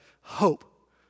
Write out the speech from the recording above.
hope